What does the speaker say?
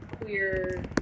queer